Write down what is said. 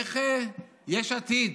איך יש עתיד,